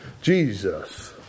Jesus